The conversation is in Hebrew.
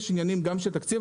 יש עניינים גם של תקציב.